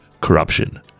corruption